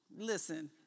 Listen